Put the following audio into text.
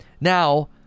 Now